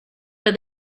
but